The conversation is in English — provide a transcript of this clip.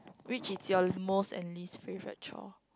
which is your most and least favorite chore